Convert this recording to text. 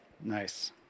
Nice